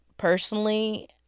personally